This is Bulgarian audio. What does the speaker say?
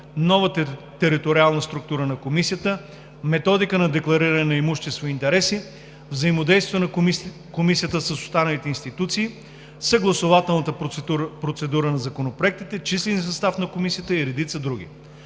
нова териториална структура на Комисията, методиката на деклариране на имущество и интереси, взаимодействието на Комисията с останалите институции, съгласувателната процедура на законопроектите, числения състав на Комисията и редица други.